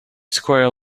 squirrel